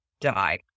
die